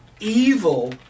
Evil